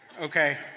okay